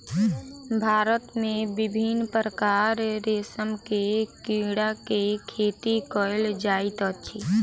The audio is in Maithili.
भारत मे विभिन्न प्रकारक रेशम के कीड़ा के खेती कयल जाइत अछि